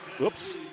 Oops